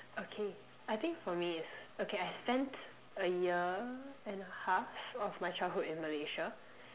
okay I think for me is okay I spent a year and half of my childhood in Malaysia